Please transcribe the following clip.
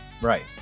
Right